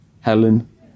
Helen